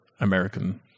American